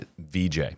VJ